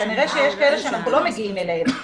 כנראה שיש כאלה שאנחנו לא מגיעים אליהם.